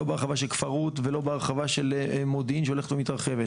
לא בהרחבה של כפר רות ולא בהרחבה של מודיעין שהולכת ומתרחבת,